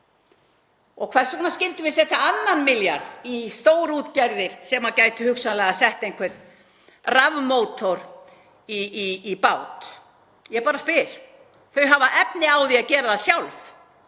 Og hvers vegna skyldum við setja annan milljarð í stórútgerðir sem gætu hugsanlega sett einhvern rafmótor í bát? Ég bara spyr. Þær hafa efni á því að gera það sjálfar.